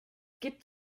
gibt